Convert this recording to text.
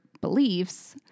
beliefs